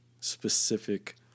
specific